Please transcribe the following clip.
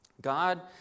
God